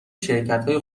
شرکتهای